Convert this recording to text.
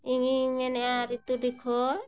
ᱤᱧᱤᱧ ᱢᱮᱱᱮᱜᱼᱟ ᱨᱤᱛᱩᱰᱤ ᱠᱷᱚᱱ